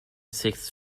sixth